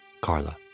Carla